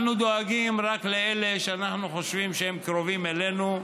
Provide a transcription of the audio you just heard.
אנחנו דואגים רק לאלה שאנחנו חושבים שהם קרובים אלינו,